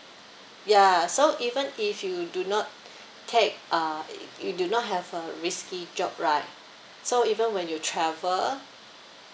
ya so even if you do not take uh you do not have a risky job right so even when you travel